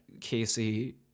Casey